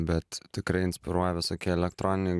bet tikrai inspiruoja visokie elektroniniai